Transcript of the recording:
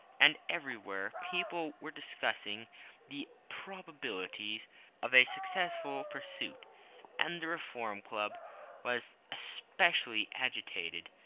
and everywhere people were discussing the probabilities of a successful pursuit and the reform club was especially agitated,